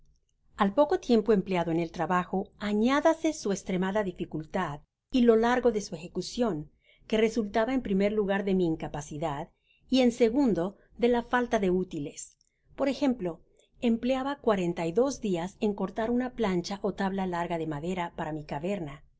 al poco tiempo empleado en el trabajo añádase so estremada dificultad y lo largo de su ejecucion que resultaba en primer lugar de mi incapacidad y en segundo de la falta de útiles por ejemplo empleaba cuarenta y dos dias en cortar una plancha ó tabla larga de madera para mi caverna